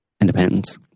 independence